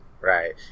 Right